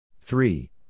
Three